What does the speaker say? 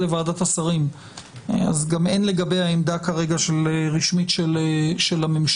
לוועדת השרים אז אין לגביה עמדה רשמית של הממשלה.